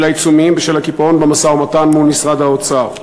העיצומים בשל הקיפאון במשא-ומתן מול משרד האוצר.